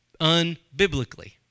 unbiblically